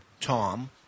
Tom